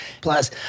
Plus